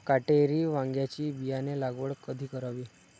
काटेरी वांग्याची बियाणे लागवड कधी करावी?